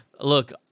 look